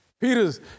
Peter's